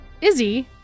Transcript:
Izzy